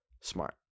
smart